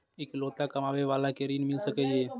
इकलोता कमाबे बाला के ऋण मिल सके ये?